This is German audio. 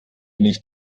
nicht